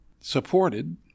supported